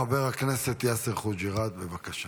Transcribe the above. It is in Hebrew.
חבר הכנסת יאסר חוג'יראת, בבקשה.